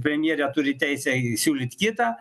premjerė turi teisę siūlyt kitą